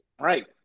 right